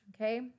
okay